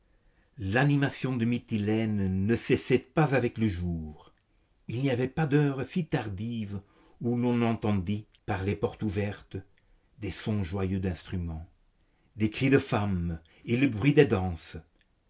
l'animation de mytilène ne cessait pas avec le jour il n'y avait pas d'heure si tardive où l'on n'entendît par les portes ouvertes des sons joyeux d'instruments des cris de femmes et le bruit des danses